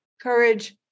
courage